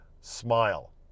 smile